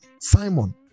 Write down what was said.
Simon